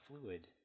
fluid